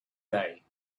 day